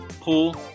pool